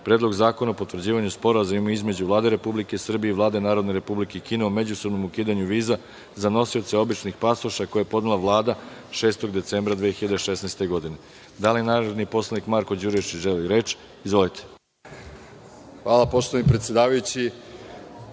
Predlogu zakona o potvrđivanju Sporazuma između Vlade Republike Srbije i Vlade Narodne Republike Kine o međusobnom ukidanju viza za nosioce običnih pasoša, koji je podnela Vlada 6. decembra 2016. godine. Da li narodni poslanik Marko Đurišić želi reč? (Da.) **Marko Đurišić** Hvala, poštovani predsedavajući.S